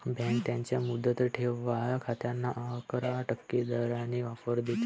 bank त्यांच्या मुदत ठेव खात्यांना अकरा टक्के दराने ऑफर देते